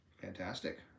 Fantastic